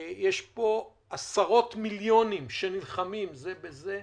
יש פה עשרות מיליונים שנלחמים זה בזה.